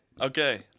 Okay